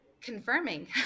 confirming